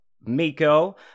miko